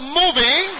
moving